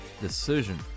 decision